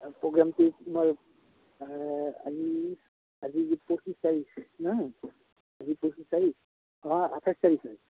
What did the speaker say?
প্ৰগ্ৰোমটো তোমাৰ আজি আজি পঁচিছ তাৰিখ হাঁ আজি পঁচিছ তাৰিখ অঁ আঠাইছ তাৰিখ হয়